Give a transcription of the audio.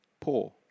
poor